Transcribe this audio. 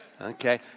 Okay